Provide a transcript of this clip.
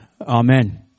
Amen